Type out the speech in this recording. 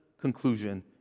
conclusion